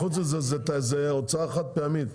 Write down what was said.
חוץ מזה, זאת הוצאה חד פעמית.